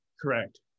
Correct